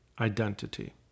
identity